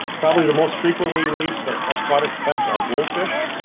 probably the most frequently released ah aquatic pet are goldfish,